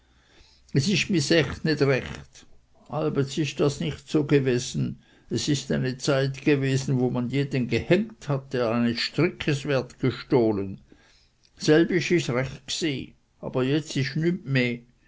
es ist my seel nicht recht allbets ist das nicht so gewesen es ist eine zeit gewesen wo man jeden gehängt hat der eines strickes wert gestohlen selbist ist es recht gsi aber